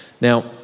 Now